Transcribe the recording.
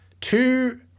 two